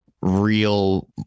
real